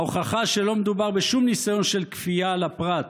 ההוכחה שלא מדובר בשום ניסיון של כפייה על הפרט,